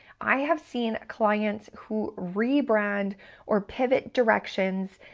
i have seen clients who rebrand or pivot directions,